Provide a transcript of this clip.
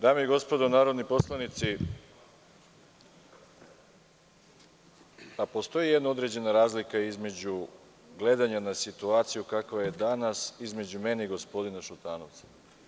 Dame i gospodo narodni poslanici, postoji jedna određena razlika između gledanja na situaciju kakva je danas između mene i gospodina Šutanovca.